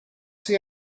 see